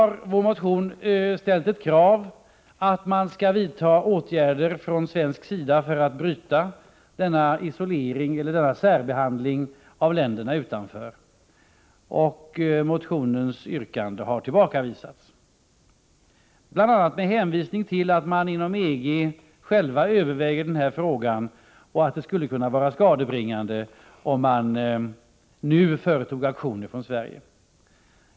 Vi har i motionen ställt krav på att man skall vidta åtgärder från svensk sida för att bryta denna särbehandling av länder utanför EG. Motionsyrkandet har emellertid tillbakavisats bl.a. med hänvisning till att man inom EG överväger denna fråga och att det skulle kunna vara skadebringande om man nu företog aktioner från Sverige.